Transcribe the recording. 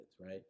right